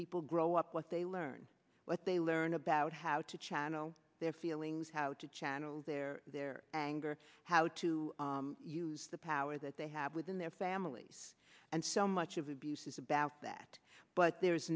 people grow up what they learn what they learn about how to channel their feelings how to channel their their anger how to use the power that they have within their families and so much of abuse is about that but there is